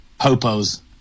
popo's